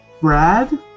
Brad